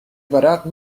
ورق